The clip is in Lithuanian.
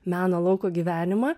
meno lauko gyvenimą